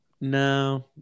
No